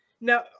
now